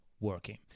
working